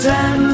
Ten